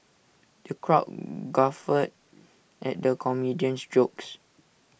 the crowd guffawed at the comedian's jokes